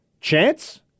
chance